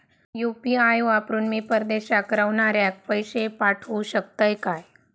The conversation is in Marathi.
यू.पी.आय वापरान मी परदेशाक रव्हनाऱ्याक पैशे पाठवु शकतय काय?